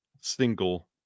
single